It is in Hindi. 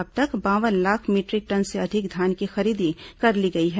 अब तक बावन लाख मीटरिक टन से अधिक धान की खरीदी कर ली गई है